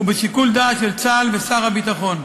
ובשיקול דעת של צה"ל ושר הביטחון.